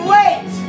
Wait